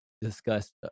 discussed